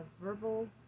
verbal